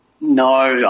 no